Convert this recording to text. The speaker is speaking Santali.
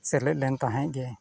ᱥᱮᱞᱮᱫ ᱞᱮᱱ ᱛᱟᱦᱮᱸᱫ ᱜᱮ